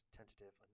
tentative